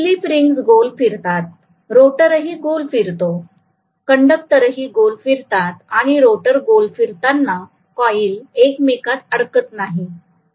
slip rings गोल फिरतात रोटरही गोल फिरतो कंडक्टरही गोल फिरतात आणि रोटर गोल फिरताना कॉईल एकमेकात अडकत नाही